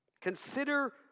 Consider